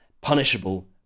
punishable